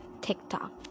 TikTok